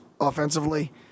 offensively